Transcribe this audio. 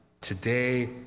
today